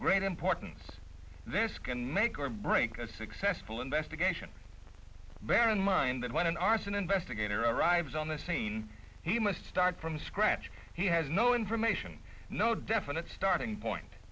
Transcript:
great importance this can make or break a successful investigation bear in mind that when an arson investigator arrives on the scene he must start from scratch he has no information no definite starting point